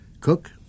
cook